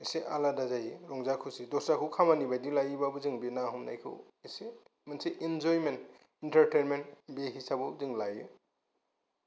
एसे आलादा जायो रंजा खुसि दस्राखौ खामानि बादि लायोबाबो जों बे ना हमनायखौ एसे मोनसे इन्जयमेन्ट एन्टारटेनमेन्ट बे हिसाबाव जों लायो